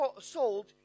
sold